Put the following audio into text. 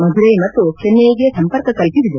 ಮಧುರೈ ಮತ್ತು ಚೆನ್ನೈಗೆ ಸಂಪರ್ಕ ಕಲ್ವಿಸಿದೆ